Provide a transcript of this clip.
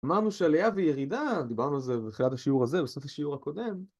אמרנו שעלייה וירידה, דיברנו על זה בתחילת השיעור הזה, בסוף השיעור הקודם.